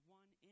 one